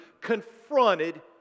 confronted